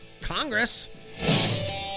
Congress